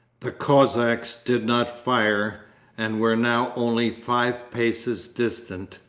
the cossacks did not fire and were now only five paces distant.